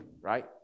right